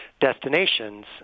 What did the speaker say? destinations